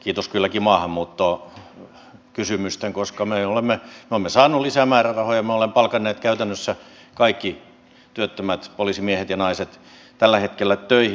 kiitos kylläkin maahanmuuttokysymysten koska me olemme saaneet lisämäärärahoja me olemme palkanneet käytännössä kaikki työttömät poliisimiehet ja naiset tällä hetkellä töihin